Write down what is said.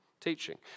teaching